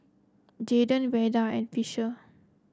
Javen Verda and Fisher